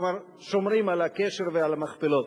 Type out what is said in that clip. כלומר שומרים על הקשר ועל המכפלות.